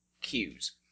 cues